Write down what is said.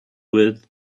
with